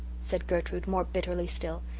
said gertrude, more bitterly still.